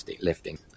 lifting